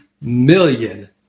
million